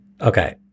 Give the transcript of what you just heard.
okay